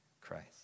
Christ